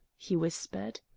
he whispered.